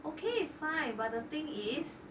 okay fine but the thing is